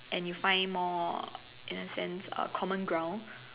and you find more in a sense uh common ground